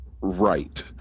right